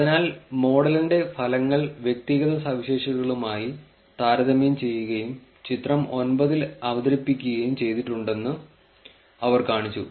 അതിനാൽ മോഡലിന്റെ ഫലങ്ങൾ വ്യക്തിഗത സവിശേഷതകളുമായി താരതമ്യം ചെയ്യുകയും ചിത്രം 9 ൽ അവതരിപ്പിക്കുകയും ചെയ്തിട്ടുണ്ടെന്ന് അവർ കാണിച്ചു